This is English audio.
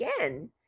again